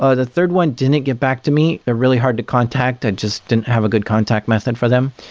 ah the third one didn't get back to me. they're really hard to contact. i just didn't have a good contact method for them,